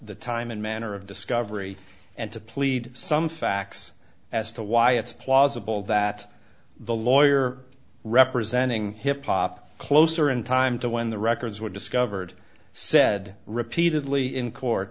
the time and manner of discovery and to plead some facts as to why it's plausible that the lawyer representing hip hop closer in time to when the records were discovered said repeatedly in court